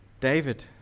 David